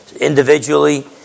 individually